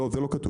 לא, זה לא כתוב.